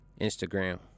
instagram